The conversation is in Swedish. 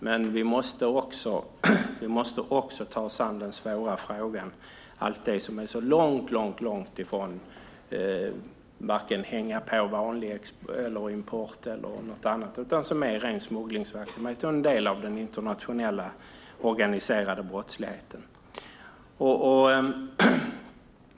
Men vi måste också ta oss an den svåra frågan, som är långt ifrån vanlig import eller något annat: det som är ren smugglingsverksamhet och en del av den internationella organiserade brottsligheten.